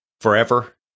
forever